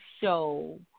show